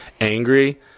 angry